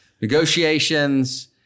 negotiations